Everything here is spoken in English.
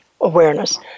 awareness